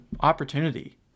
opportunity